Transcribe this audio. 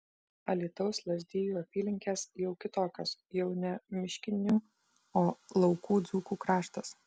alytaus lazdijų apylinkės jau kitokios jau ne miškinių o laukų dzūkų kraštas